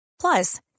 Plus